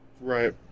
Right